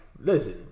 Listen